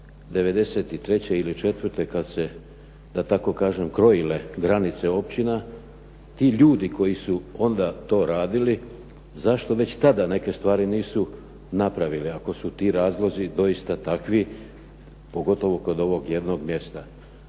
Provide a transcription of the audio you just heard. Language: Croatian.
'93. ili 94. kada su se da tako kažem krojile granice općina ti ljudi koji su onda to radili zašto već tada neke stvari nisu napravili ako su ti razlozi doista takvi, pogotovo kod ovog jednog mjesta.